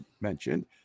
mentioned